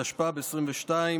התשפ"ב 2022,